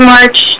March